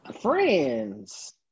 friends